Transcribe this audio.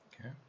Okay